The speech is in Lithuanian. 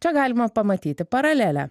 čia galima pamatyti paralelę